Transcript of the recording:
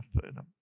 freedom